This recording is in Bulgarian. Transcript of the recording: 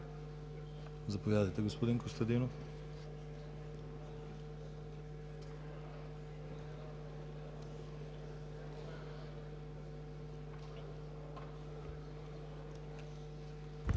Заповядайте, господин Костадинов.